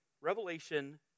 revelation